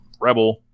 Rebel